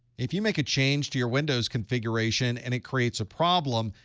if you make a change to your windows configuration, and it creates a problem,